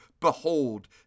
Behold